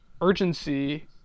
urgency